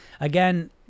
again